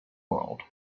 world